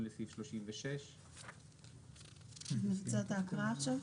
בסעיף 36. אני אבצע את ההקראה עכשיו?